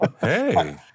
hey